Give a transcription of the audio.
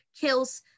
kills